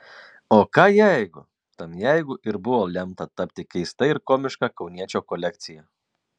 o ką jeigu tam jeigu ir buvo lemta tapti keista ir komiška kauniečio kolekcija